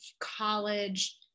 college